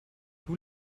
who